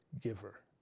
giver